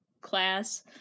class